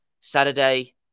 Saturday